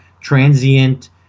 transient